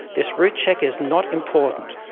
this route check is not important,